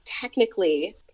technically